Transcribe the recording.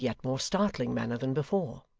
in a yet more startling manner than before.